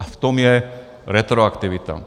A v tom je retroaktivita.